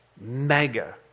mega